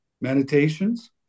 meditations